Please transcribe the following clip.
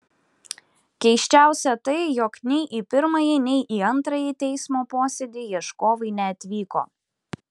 keisčiausia tai jog nei į pirmąjį nei į antrąjį teismo posėdį ieškovai neatvyko